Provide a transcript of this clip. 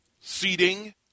seating